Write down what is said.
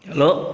hello